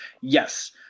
Yes